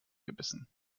gebissen